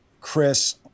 Chris